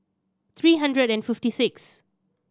three hundred and fifty six